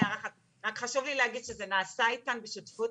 רק חשוב לי להגיד שזה נעשה איתן בשותפות